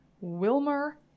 Wilmer